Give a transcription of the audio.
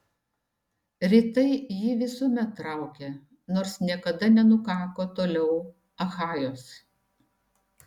rytai jį visuomet traukė nors niekada nenukako toliau achajos